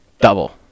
Double